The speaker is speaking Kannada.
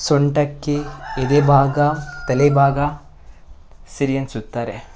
ಸೊಂಟಕ್ಕೆ ಎದೆ ಭಾಗ ತಲೆ ಭಾಗ ಸಿರಿಯನ್ನು ಸುತ್ತುತ್ತಾರೆ